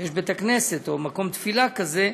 יש בית-הכנסת או מקום תפילה כזה,